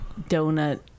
donut